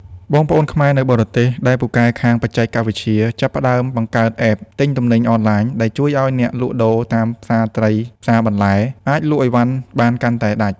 បងប្អូនខ្មែរនៅបរទេសដែលពូកែខាង "បច្ចេកវិទ្យា" ចាប់ផ្ដើមបង្កើត App ទិញទំនិញអនឡាញ ដែលជួយឱ្យអ្នកលក់ដូរតាមផ្សារត្រី ផ្សារបន្លែ អាចលក់អីវ៉ាន់បានកាន់តែដាច់។